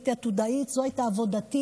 הייתי עתודאית, זו הייתה עבודתי.